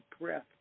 breath